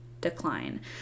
decline